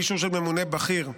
ואישור של ממונה בכיר: